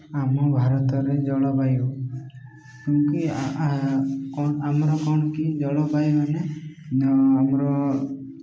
ଆମ ଭାରତରେ ଜଳବାୟୁ ଆମର କ'ଣ କି ଜଳବାୟୁମାନେ ଆମର